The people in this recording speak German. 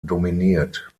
dominiert